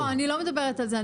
לא, אני לא מדברת על זה.